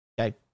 Okay